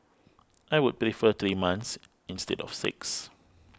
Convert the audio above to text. I would prefer three months instead of six